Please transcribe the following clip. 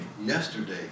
yesterday